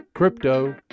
crypto